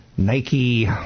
nike